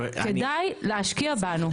כדאי להשקיע בנו.